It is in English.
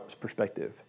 perspective